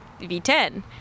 v10